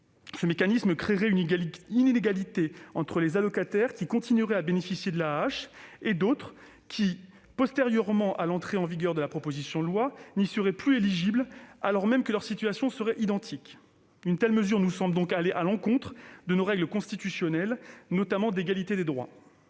Ce mécanisme créerait une inégalité entre des allocataires qui continueraient à bénéficier de l'AAH et d'autres qui, postérieurement à l'entrée en vigueur de la proposition de loi, n'y seraient plus éligibles, alors même que leur situation serait identique. Une telle mesure nous semble aller à l'encontre de nos règles constitutionnelles, notamment l'égalité des droits.